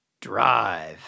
Drive